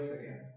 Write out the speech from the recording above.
again